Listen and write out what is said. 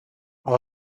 all